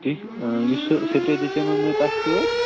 یُس سُہ سِپرٛے دِژیمو مےٚ تَتھ سۭتۍ